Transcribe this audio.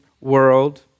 world